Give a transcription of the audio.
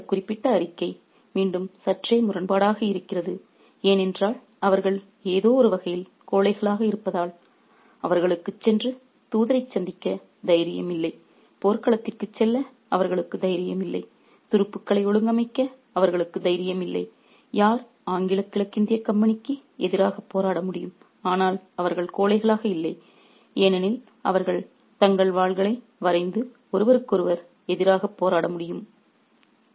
மீண்டும் இந்த குறிப்பிட்ட அறிக்கை மீண்டும் சற்றே முரண்பாடாக இருக்கிறது ஏனென்றால் அவர்கள் ஏதோ ஒரு வகையில் கோழைகளாக இருப்பதால் அவர்களுக்குச் சென்று தூதரைச் சந்திக்க தைரியம் இல்லை போர்க்களத்திற்குச் செல்ல அவர்களுக்கு தைரியம் இல்லை துருப்புக்களை ஒழுங்கமைக்க அவர்களுக்கு தைரியம் இல்லை யார் ஆங்கில கிழக்கிந்திய கம்பெனிக்கு எதிராக போராட முடியும் ஆனால் அவர்கள் கோழைகளாக இல்லை ஏனெனில் அவர்கள் தங்கள் வாள்களை வரைந்து ஒருவருக்கொருவர் எதிராக போராட முடியும்